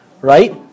Right